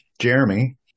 Jeremy